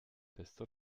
desto